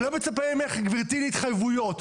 אני לא מצפה ממך, גברתי, להתחייבויות,